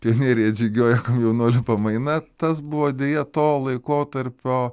pionieriai atžygiuoja jaunuolių pamaina tas buvo deja to laikotarpio